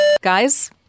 Guys